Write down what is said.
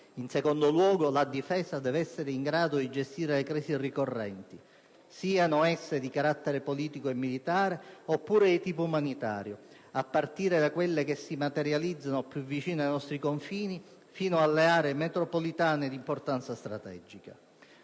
In secondo luogo, la Difesa deve essere in grado di gestire le crisi ricorrenti, siano esse di carattere politico e militare oppure di tipo umanitario, a partire da quelle che si materializzano più vicino ai nostri confini, fino alle aree metropolitane di importanza strategica.